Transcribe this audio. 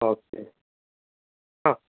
okay ആ